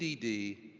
d. d,